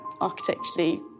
architecturally